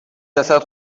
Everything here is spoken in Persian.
جسد